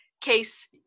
case